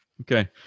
Okay